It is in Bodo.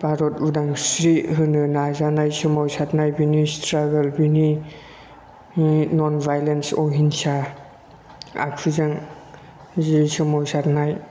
भारत उदांस्री होनो नाजानाय समाव साथनाय बिनि स्थ्रागोनल बिनि नन बायलेन्स अहिंसा आखुजों जि सोमावसारनाय